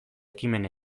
ekimen